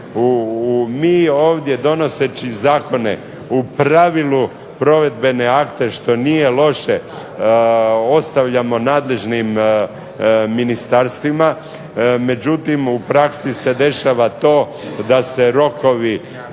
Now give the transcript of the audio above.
Mi ovdje donoseći zakone u pravilu provedbene akte što nije loše ostavljamo nadležnim ministarstvima. Međutim, u praksi se dešava to da se rokovi